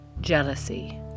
jealousy